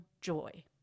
joy